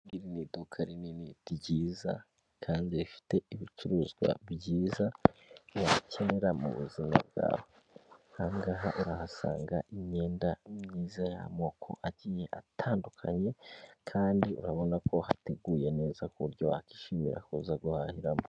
Iri ni iduka rinini ryiza kandi rifite ibicuruzwa byiza wakenera mubuzima bwawe, aha ngaha urahasanga imyenda myiza y'amoko agiye atandukanye, kandi urabona ko hateguye neza ku buryo wakwishimira kuza guhahiramo.